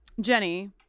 jenny